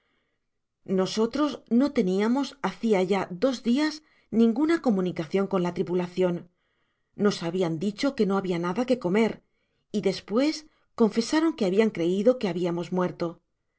nosotros no teniamos hacia ya dos dias ninguna comunicacion con la tripulacion nos habian dicho que no habia nada que comer y despues confesaron que habian creido que habiamos muerto